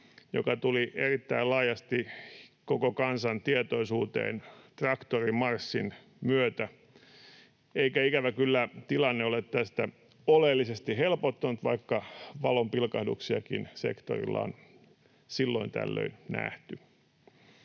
joka tuli erittäin laajasti koko kansan tietoisuuteen traktorimarssin myötä, eikä, ikävä kyllä, tilanne ole tästä oleellisesti helpottanut, vaikka valonpilkahduksiakin sektorilla on silloin tällöin nähty.